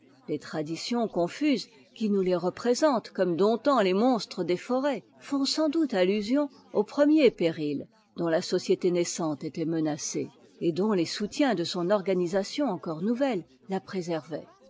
les traditions confuses qui nous tes représentent comme domptant les monstres des forets font sans doute allusion aux premiers périls dont la société naissante était menacée et dont tes soutiens de son organisation encore nouvelle la préservaient